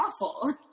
awful